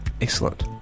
Excellent